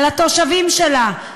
על התושבים שלה,